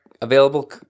available